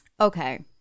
okay